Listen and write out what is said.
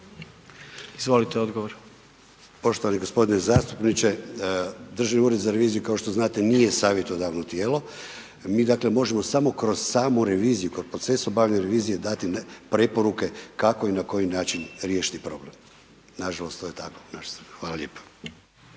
Izvolite, odgovor. **Klešić, Ivan** Poštovani g. zastupniče, Državni ured za reviziju kao što znate nije savjetodavno tijelo, mi dakle možemo samo kroz samu reviziju kod procesa obavljanja revizije, dati preporuke kako i na koji način riješiti problem, nažalost to je tako. Hvala lijepo.